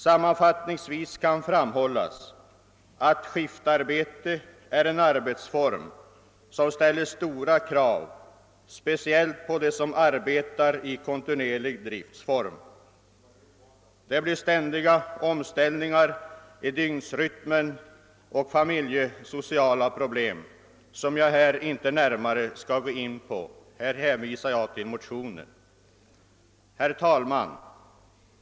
Sammanfattningsvis kan framhållas att skiftarbete är en arbetsform som ställer stora krav speciellt på dem som arbetar i kontinuerlig driftform. Det blir ständiga omställningar i dygnsrytmen och familjesociala problem, som jag här inte närmare skall gå in på. Här hänvisar jag till motionen. Herr talman!